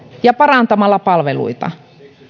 ja parantamalla palveluita